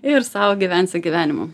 ir sau gyvensiu gyvenimą